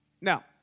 Now